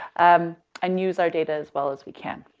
um, and use our data as well as we can.